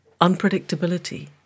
Unpredictability